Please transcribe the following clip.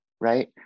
right